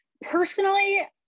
Personally